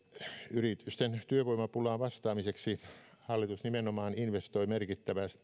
yritysten työvoimapulaan vastaamiseksi hallitus nimenomaan investoi merkittävällä